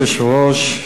אדוני היושב-ראש,